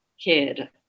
kid